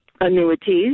annuities